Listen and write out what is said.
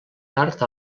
tard